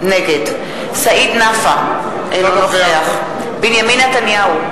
נגד סעיד נפאע, אינו נוכח בנימין נתניהו,